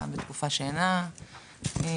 גם בתקופה שאינה קורונה,